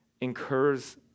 incurs